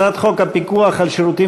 הסעיף הבא: הצעת חוק הפיקוח על שירותים